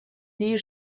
دیر